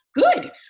Good